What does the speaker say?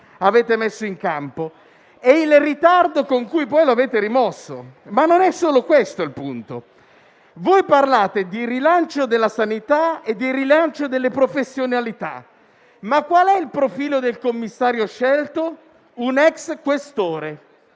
avete messo in campo e il ritardo con cui poi l'avete rimosso. Non è solo questo, però, il punto. Parlate di rilancio della sanità e delle professionalità, ma qual è il profilo del commissario scelto? Si tratta